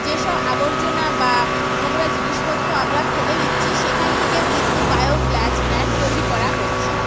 যেসব আবর্জনা বা নোংরা জিনিসপত্র আমরা ফেলে দিচ্ছি সেখান থেকেও কিন্তু বায়োগ্যাস প্ল্যান্ট তৈরি করা হচ্ছে